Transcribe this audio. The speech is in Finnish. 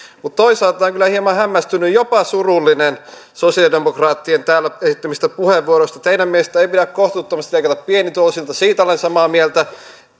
mutta toisaalta olen kyllä hieman hämmästynyt jopa surullinen sosialidemokraattien täällä esittämistä puheenvuoroista teidän mielestänne ei pidä kohtuuttomasti leikata pienituloisilta siitä olen samaa mieltä